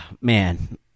man